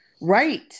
Right